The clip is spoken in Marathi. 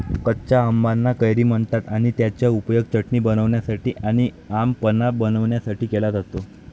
कच्या आंबाना कैरी म्हणतात आणि त्याचा उपयोग चटणी बनवण्यासाठी आणी आम पन्हा बनवण्यासाठी केला जातो